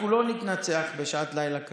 אנחנו לא נתנצח בשעת לילה כזאת,